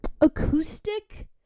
acoustic